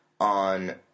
on